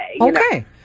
Okay